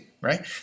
Right